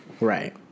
Right